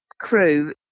crew